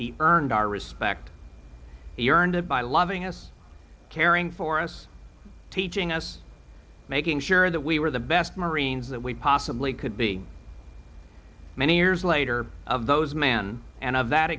earned our respect he earned it by loving us caring for us teaching us making sure that we were the best marines that we possibly could be many years later of those men and of that